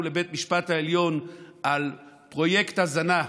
לבית המשפט העליון על פרויקט הזנה.